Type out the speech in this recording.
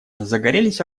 загорелись